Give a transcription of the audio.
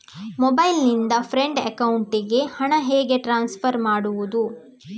Mobile ನಿಂದ friend ಅಕೌಂಟಿಗೆ ಹಣ ಹೇಗೆ ಟ್ರಾನ್ಸ್ಫರ್ ಮಾಡುವುದು?